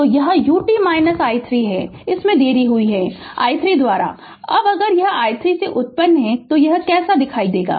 तो यह ut i 3 है कि इसमें देरी हुई i 3 द्वारा अब अगर यह i 3 से उन्नत है तो यह कैसा दिखेगा